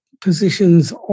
positions